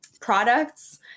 products